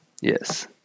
Yes